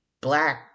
Black